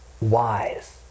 wise